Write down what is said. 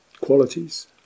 qualities